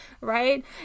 right